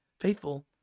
faithful